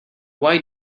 why